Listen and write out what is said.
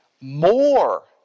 more